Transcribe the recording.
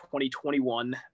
2021